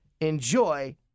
enjoy